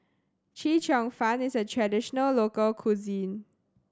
Chee Cheong Fun is a traditional local cuisine